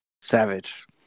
Savage